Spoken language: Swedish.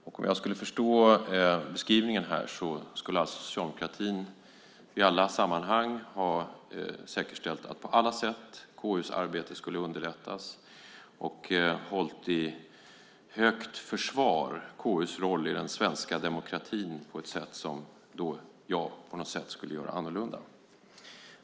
Om jag förstår beskrivningen här skulle alltså socialdemokratin i alla sammanhang ha säkerställt på alla sätt att KU:s arbete skulle underlättas och hållit i högt försvar KU:s roll i den svenska demokratin, och det skulle jag på något sätt göra annorlunda.